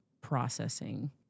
processing